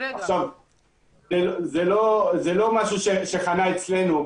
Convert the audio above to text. זה לא משהו שחנה אצלנו.